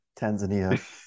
Tanzania